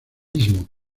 istmo